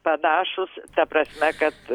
panašūs ta prasme kad